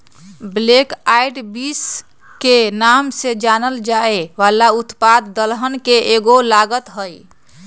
black eyed beans के नाम से जानल जाये वाला उत्पाद दलहन के एगो लागत हई